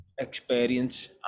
experience